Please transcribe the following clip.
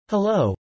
Hello